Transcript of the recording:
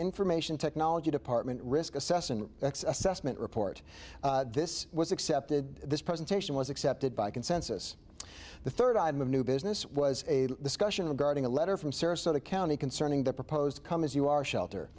information technology department risk assessment assessment report this was accepted this presentation was accepted by consensus the third item of new business was a discussion regarding a letter from sarasota county concerning the proposed come as you are shelter